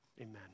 Amen